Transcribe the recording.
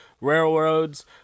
railroads